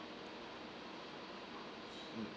mm